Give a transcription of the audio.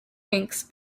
inks